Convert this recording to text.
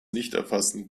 nichterfassen